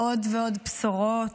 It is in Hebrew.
עוד ועוד בשורות